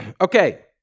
Okay